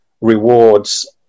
rewards